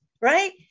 right